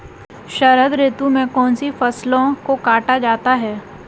शरद ऋतु में कौन सी फसलों को काटा जाता है?